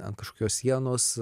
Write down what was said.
ant kažkokios sienos